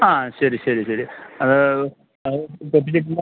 ആ ശരി ശരി ശരി അത് അത് പൊട്ടിച്ചിട്ടില്ല